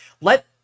Let